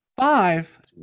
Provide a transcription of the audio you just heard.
Five